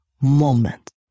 moment